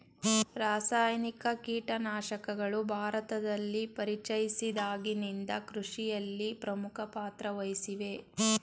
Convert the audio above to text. ರಾಸಾಯನಿಕ ಕೀಟನಾಶಕಗಳು ಭಾರತದಲ್ಲಿ ಪರಿಚಯಿಸಿದಾಗಿನಿಂದ ಕೃಷಿಯಲ್ಲಿ ಪ್ರಮುಖ ಪಾತ್ರ ವಹಿಸಿವೆ